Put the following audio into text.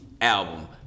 album